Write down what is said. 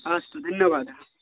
अस्तु धन्यवादः